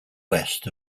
west